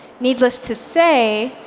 needless to say,